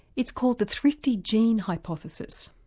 it's called the thrifty gene hypothesis.